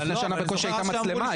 אבל לפני שנה בקושי הייתה מצלמה,